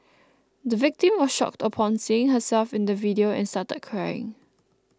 the victim was shocked upon seeing herself in the video and started crying